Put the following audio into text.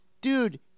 dude